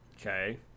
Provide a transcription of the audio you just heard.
Okay